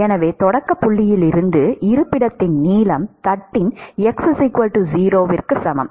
எனவே தொடக்கப் புள்ளியிலிருந்து இருப்பிடத்தின் நீளம் தட்டின் x0க்கு சமம்